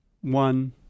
one